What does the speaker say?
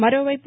మరోవైపు